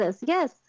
Yes